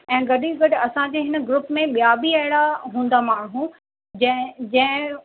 ऐं गॾु ई गॾु असांजे हिन ग्रूप में ॿिया बि अहिड़ा हूंदा माण्हू जंहिं जंहिं